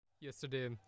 Yesterday